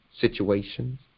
situations